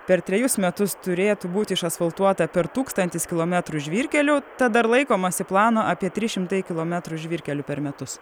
per trejus metus turėtų būt išasfaltuota per tūkstantis kilometrų žvyrkelių tad ar laikomasi plano apie trys šimtai kilometrų žvyrkelių per metus